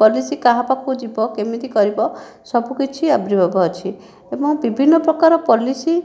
policy କାହା ପାଖକୁ ଯିବ କେମିତି କରିବ ସବୁ କିଛି ଆବିର୍ଭାବ ଅଛି ଏବଂ ବିଭିନ୍ନ ପ୍ରକାର ପଲିସି